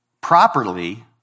properly